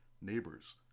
neighbors